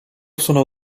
wsunął